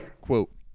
Quote